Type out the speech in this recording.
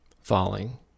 falling